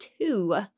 two